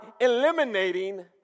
eliminating